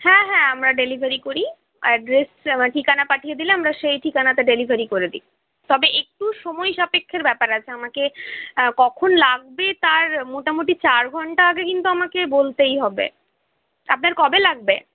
হ্যাঁ হ্যাঁ আমরা ডেলিভারি করি অ্যাড্রেস ঠিকানা পাঠিয়ে দিলে আমরা সেই ঠিকানাতে ডেলিভারি করে দিই তবে একটু সময় সাপেক্ষের ব্যাপার আছে আমাকে কখন লাগবে তার মোটামুটি চার ঘন্টা আগে কিন্তু আমাকে বলতেই হবে আপনার কবে লাগবে